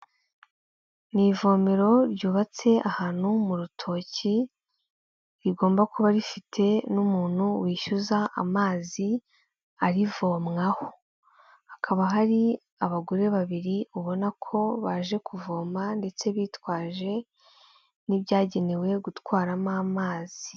Ni ivomero ryubatse ahantu mu rutoki, rigomba kuba rifite n'umuntu wishyuza amazi arivomwaho. Hakaba hari abagore babiri ubona ko baje kuvoma ndetse bitwaje n'ibyagenewe gutwaramo amazi.